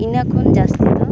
ᱤᱱᱟ ᱠᱷᱚᱱ ᱡᱟᱹᱥᱛᱤ ᱫᱚ